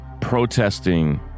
protesting